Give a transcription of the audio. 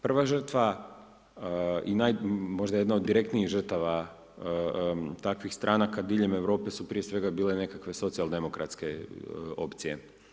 Prva žrtva, i možda jedna od direktnijih žrtava takvih stranaka diljem Europe su prije svega bile nekakve socijaldemokratske opcije.